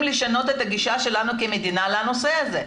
לשנות את הגישה שלנו כמדינה לנושא הזה.